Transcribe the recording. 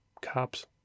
Cops